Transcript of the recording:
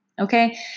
Okay